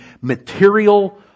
material